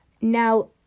Now